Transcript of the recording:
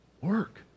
Work